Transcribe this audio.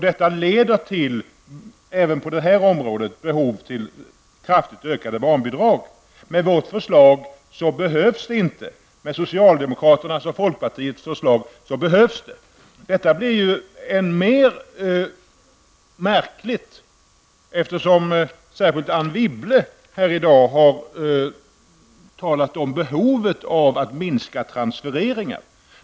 Detta leder till även på det här området behov av kraftigt ökade barnbidrag. Med vårt förslag behövs det inte, med socialdemokraternas och folkpartiets förslag behövs det. Detta blir ju än mer märkligt, eftersom särskilt Anne Wibble här i dag har talat om behovet av att minska transfereringarna.